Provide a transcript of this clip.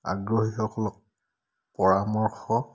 আগ্ৰহীসকলক পৰামৰ্শ